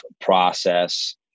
process